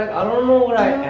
i don't know what i